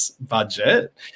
budget